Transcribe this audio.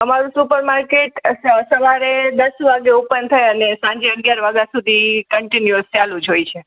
અમારું super market સ સવારે દસ વાગે ઓપન થાય અને સાંજે અગિયાર વાગ્યા સુધી એ કન્ટિન્યુઅસ ચાલું જ હોય છે